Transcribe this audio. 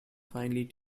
finely